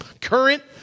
current